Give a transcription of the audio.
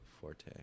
Forte